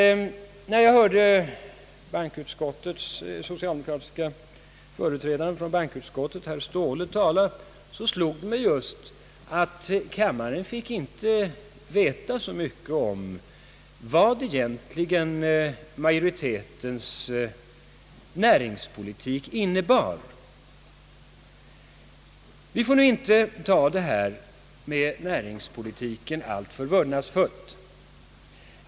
När jag hörde företrädaren för bankoutskottet herr Ståhle nyss tala, slog det mig just att kammaren inte fick veta så mycket om vad regeringens näringspolitik egentligen innebar. Men vi får kanske inte ta detta med näringspolitiken alltför vördnadsfullt.